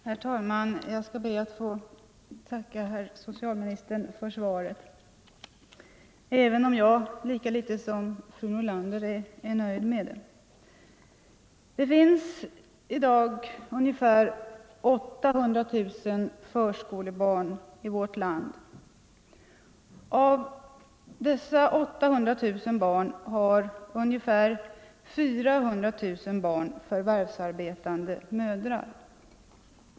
Herr talman! Jag skall be att få tacka herr socialministern för svaret, även om jag lika litet som fru Nordlander är nöjd med det. Det finns i dag ungefär 800 000 förskolebarn i vårt land. Av dessa 800 000 barn har ungefär 400 000 förvärvsarbetande mödrar.